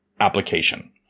application